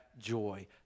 joy